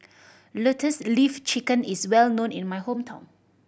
Lotus Leaf Chicken is well known in my hometown